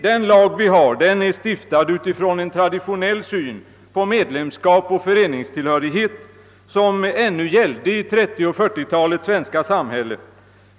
Den lag vi har är stiftad utifrån en traditionell syn på medlemskap och föreningstillhörighet, som gällde ännu i 1930 och 1940 talens svenska samhälle.